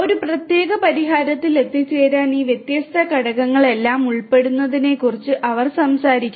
ഒരു പ്രത്യേക പരിഹാരത്തിൽ എത്തിച്ചേരാൻ ഈ വ്യത്യസ്ത ഘടകങ്ങളെല്ലാം ഉൾപ്പെടുന്നതിനെക്കുറിച്ച് അവർ സംസാരിക്കുന്നു